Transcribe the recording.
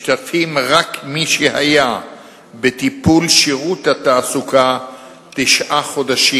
9. משתתפים רק מי שהיו בטיפול שירות התעסוקה תשעה חודשים.